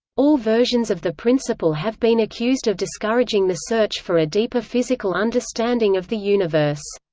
all versions of the principle have been accused of discouraging the search for a deeper physical understanding of the universe.